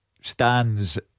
Stands